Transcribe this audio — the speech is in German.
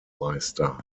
meister